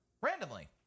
randomly